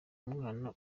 umwana